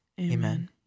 Amen